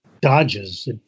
dodges